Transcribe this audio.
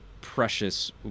precious